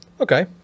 Okay